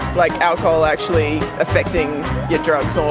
like, alcohol actually affecting your drugs or